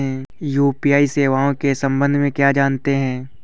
UPI सेवाओं के संबंध में क्या जानते हैं?